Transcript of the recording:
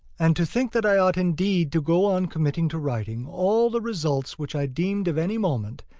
and to think that i ought indeed to go on committing to writing all the results which i deemed of any moment,